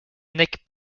nick